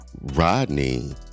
Rodney